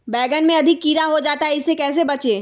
बैंगन में अधिक कीड़ा हो जाता हैं इससे कैसे बचे?